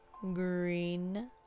green